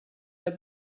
der